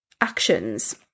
actions